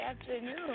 afternoon